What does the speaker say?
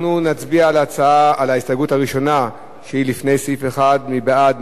אנחנו נצביע על ההסתייגות הראשונה שהיא לפני סעיף 1. מי בעד,